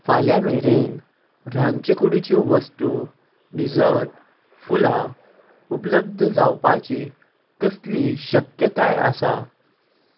फाल्यां मेरेन रांदचे कुडीच्यो वस्तू डिझर्ट फुलां उपलब्ध जावपाची कसली शक्यताय आसा